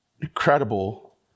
incredible